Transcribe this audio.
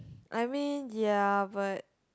I mean ya but